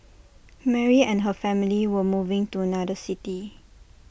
Mary and her family were moving to another city